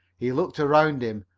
he looked around him,